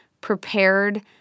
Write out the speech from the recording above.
prepared